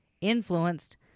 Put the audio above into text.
influenced